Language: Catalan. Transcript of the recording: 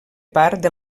part